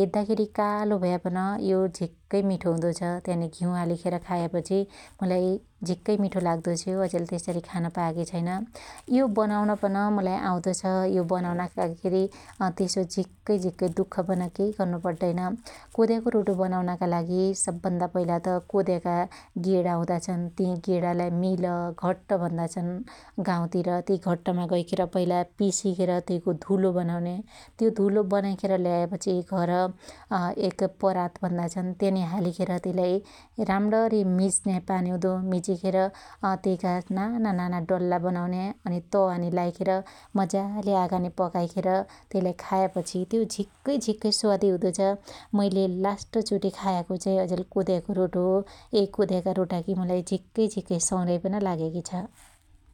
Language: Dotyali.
हेद्दाखेरि कालो भया पिन यो झिक्कै मीठो हुदो छ । त्यानि घिउ हालिखेर खायापछी मुलाई झिक्कै मिठो पड्डो छियो अज्याल त्यसरी खान पायाकी छैन । यो बनाउन पन मुलाई आउदो छ । यो बनाउनाका केरी अ त्यसो झिक्कै झीक्कै दुख पन केई गर्नु प्रड्डैन । कोद्याको रोटो बनाउनका लागि सब भन्दा पहिला त कोद्याका गेणा हुदा छन ति गेणालाई मिल घट्ट भन्दाछन गाँउतिर त्यई घट्टमा गैखेर पईला पिसिखेर त्यइको धुलो बनाउन्या त्यो धुलो बनाईखेर ल्यापछि घर अपरात भन्दा छन त्यानि हालिखेर त्यईलाई राम्रणी मिच्न्या पानिउदो मिचिखेर अत्यइका नाना नाना डल्ला बनाउन्या अनि तवानि लाईखेर मजाले आगानि पकाईखेर त्यईलाइ खायापछि त्यो झिक्कै झिक्कै स्वादी हुदो छ । मुईले लास्ट चुटी खायाको चाई अज्याल कोद्याको रोटो हो । यइ कोद्याका रोटाकी मुलाई झिक्कै झिक्कै सउराई पन लाग्याकी छ ।